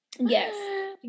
Yes